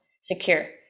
secure